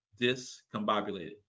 discombobulated